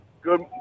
Good